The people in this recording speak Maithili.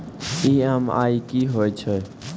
ई.एम.आई कि होय छै?